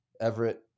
Everett